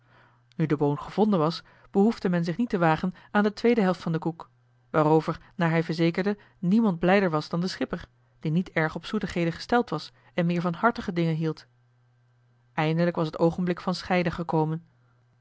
nu de boon gevonden was behoefde men zich niet te wagen aan de tweede helft van den koek waarover naar hij verzekerde niemand blijder was dan de schipper die niet erg op zoetigheden gesteld was en meer van hartige dingen hield eindelijk was het oogenblik van scheiden gekomen